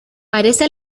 parece